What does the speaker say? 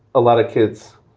a lot of kids,